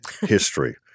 history